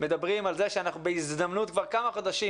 מדברים על זה שאנחנו כבר כמה חודשים